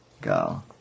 go